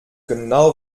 genau